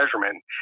measurement